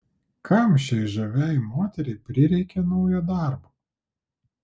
kam šiai žaviai moteriai prireikė naujo darbo